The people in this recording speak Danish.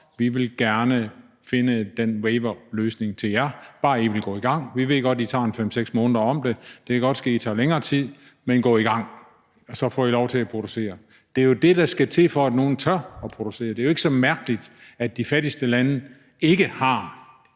vi vil gerne finde en waiverløsning til jer, hvis I bare vil gå i gang; vi ved godt, at det vil tage jer 5-6 måneder, og det kan også godt være, at det tager længere tid, men gå i gang, og så får I lov til at producere? Det er jo det, der skal til, for at der er nogle, der tør producere. Det er jo ikke så mærkeligt, at de fattigste lande ikke har